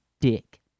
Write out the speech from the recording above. dick